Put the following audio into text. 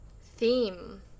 theme